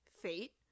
fate